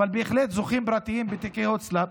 אבל בהחלט זוכים פרטיים בתיקי הוצל"פ,